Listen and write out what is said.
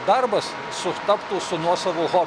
darbas sutaptų su nuosavu hobiu